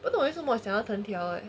不懂为什么我想要藤条